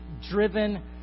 driven